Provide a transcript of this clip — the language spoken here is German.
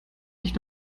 ich